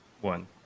one